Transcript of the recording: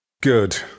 Good